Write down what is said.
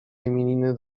imieniny